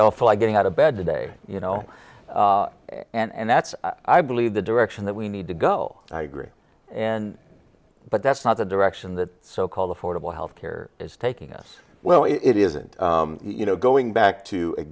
i'm getting out of bed today you know and that's i believe the direction that we need to go i agree and but that's not the direction that so called affordable health care is taking us well it isn't you know going back to a